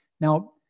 Now